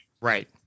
right